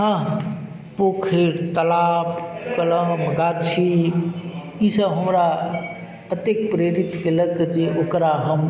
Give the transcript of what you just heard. हँ पोखरि तलाब कलम गाछी ई सब हमरा अतेक प्रेरित कयलक जे ओकरा हम